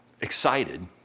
excited